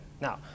Now